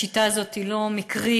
השיטה הזאת היא לא מקרית,